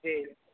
जी